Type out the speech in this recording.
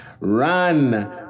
run